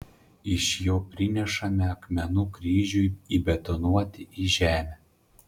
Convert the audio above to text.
iš jo prinešame akmenų kryžiui įbetonuoti į žemę